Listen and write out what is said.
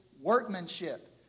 workmanship